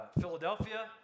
Philadelphia